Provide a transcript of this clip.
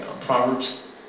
Proverbs